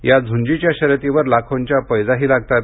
या झुंजीच्या शर्यतींवर लाखोंच्या पैजाही लागतात